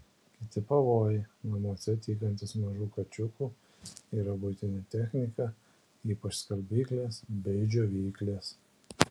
kiti pavojai namuose tykantys mažų kačiukų yra buitinė technika ypač skalbyklės bei džiovyklės